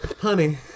Honey